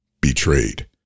Betrayed